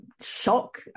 shock